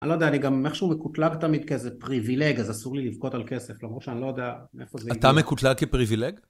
אני לא יודע, אני גם, איכשהו הוא מקוטלג תמיד כאיזה פריבילג, אז אסור לי לבכות על כסף, למרות שאני לא יודע איפה זה... אתה מקוטלג כפריבילג?